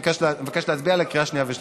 אני מבקש להצביע בקריאה שנייה ושלישית.